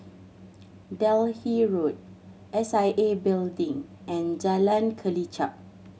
Delhi Road S I A Building and Jalan Kelichap